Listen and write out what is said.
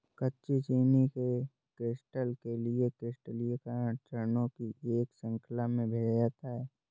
कच्ची चीनी के क्रिस्टल के लिए क्रिस्टलीकरण चरणों की एक श्रृंखला में भेजा जाता है